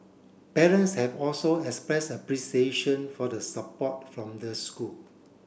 parents have also expressed appreciation for the support from the school